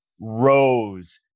rose